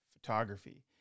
photography